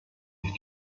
ist